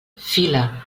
fila